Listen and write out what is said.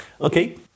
Okay